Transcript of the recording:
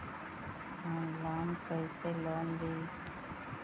Online कैसे loan ली?